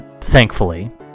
thankfully